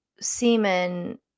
semen